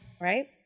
right